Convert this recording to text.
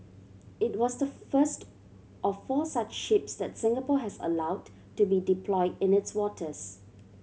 it was the first of four such ships that Singapore has allowed to be deployed in its waters